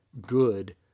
good